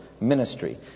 ministry